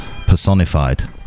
personified